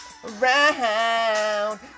round